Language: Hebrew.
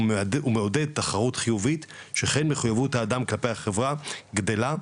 ומעודד תחרות חיובית שכן מחויבות האדם כלפי החברה גדלה,